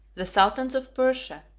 the sultans of persia,